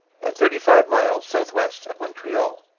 and thirty-five miles south-west of montreal.